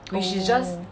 oh